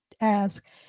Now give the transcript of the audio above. ask